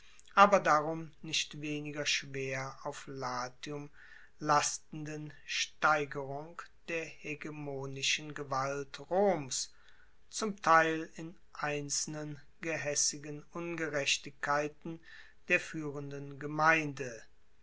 aber darum nicht weniger schwer auf latium lastenden steigerung der hegemonischen gewalt roms zum teil in einzelnen gehaessigen ungerechtigkeiten der fuehrenden gemeinde